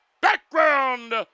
background